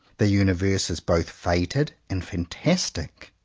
the universe is both fated and fantastic.